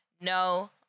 No